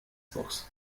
box